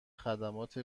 خدمات